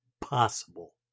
Possible